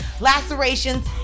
lacerations